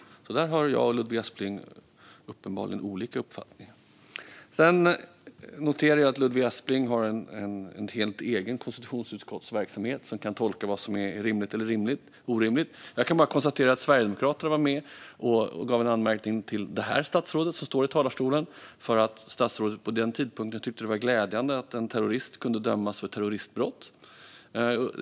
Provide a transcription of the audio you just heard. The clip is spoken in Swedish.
Där har jag och Ludvig Aspling uppenbarligen olika uppfattningar. Sedan noterar jag att Ludvig Aspling har en helt egen konstitutionsutskottsverksamhet som kan tolka vad som är rimligt eller orimligt. Jag kan bara konstatera att Sverigedemokraterna var med och gav en anmärkning till det statsråd som just nu står i talarstolen för att statsrådet vid den tidpunkten tyckte att det var glädjande att en terrorist kunde dömas för terroristbrott.